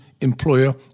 employer